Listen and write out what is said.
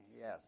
Yes